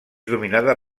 dominada